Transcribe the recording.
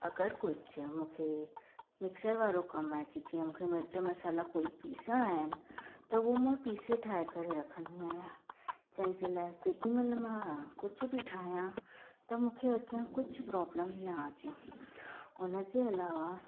अगरि कुझु मूंखे मिक्सर वारो कमु आहे की जीअं मूंखे मिर्च मसाला कोई पीसिणा आहिनि त उहो मां पीसे ठाहे करे रखंदी आहियां जंहिंजे लाइ जेॾीमहिल मां कुझ बि ठाहियां त मूंखे अॻियां कुझु प्रॉब्लम न अचे उन जे अलावा